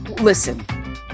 listen